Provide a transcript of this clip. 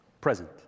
present